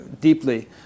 deeply